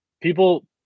people